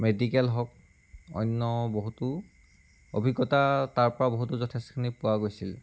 medical হওক অন্য বহুতো অভিজ্ঞতা তাৰ পৰা বহুতো যথেষ্টখিনি পোৱা গৈছিল